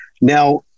now